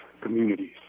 communities